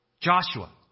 Joshua